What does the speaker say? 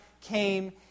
came